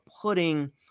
putting